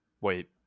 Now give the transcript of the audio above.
Wait